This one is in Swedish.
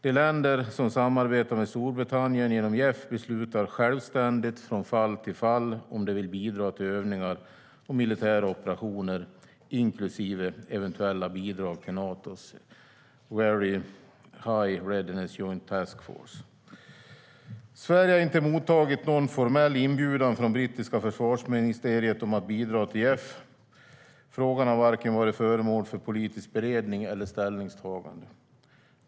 De länder som samarbetar med Storbritannien genom JEF beslutar självständigt, från fall till fall, om de vill bidra till övningar och militära operationer, inklusive eventuella bidrag till Natos Very High Readiness Joint Task Force. Sverige har inte mottagit någon formell inbjudan från det brittiska försvarsministeriet om att bidra till JEF. Frågan har varken varit föremål för politisk beredning eller ställningstagande.